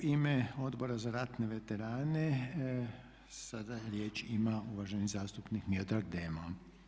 U ime Odbora za ratne veterane sada riječ ima uvaženi zastupnik Miodrag Demo.